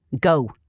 Go